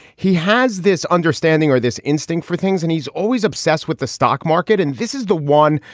he has this understanding or this instinct for things and he's always obsessed with the stock market. and this is the one,